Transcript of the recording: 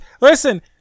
listen